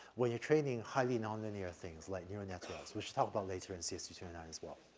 where you're training highly non-linear things like neural networks, we should talk about later in c s two two nine as well.